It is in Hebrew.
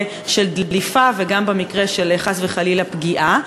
של דליפה וגם במקרה של חס וחלילה פגיעה.